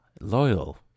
loyal